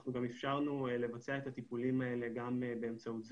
אנחנו אפשרנו לבצע את הטיפולים האלה גם באמצעות זום,